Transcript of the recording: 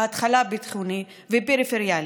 בהתחלה, ביטחוני ופריפריאלי.